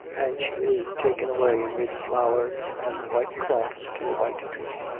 and she is taken away amid flowers and white cloths to a white tomb,